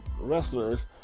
wrestlers